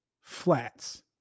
flats